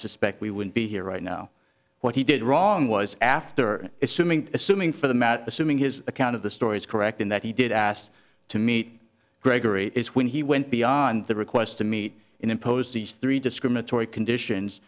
suspect we would be here right now what he did wrong was after assuming assuming for the matter assuming his account of the story is correct in that he did asked to meet gregory is when he went beyond the request to meet impose these three discriminatory conditions